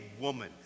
woman